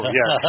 yes